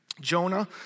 Jonah